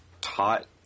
taught